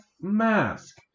mask